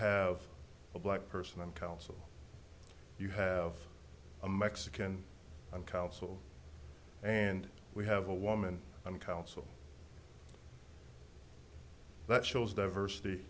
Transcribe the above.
have a black person council you have a mexican and council and we have a woman on a council that shows diversity